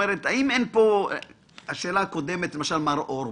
מר אורבך,